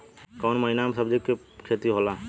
कोउन महीना में सब्जि के खेती होला?